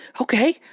okay